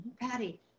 Patty